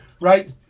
right